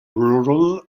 rural